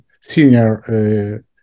senior